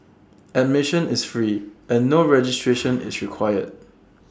admission is free and no registration is required